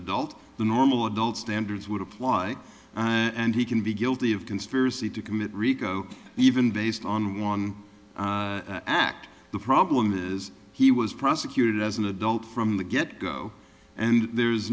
adult the normal adult standards would apply and he can be guilty of conspiracy to commit rico even based on one act the problem is he was prosecuted as an adult from the get go and there's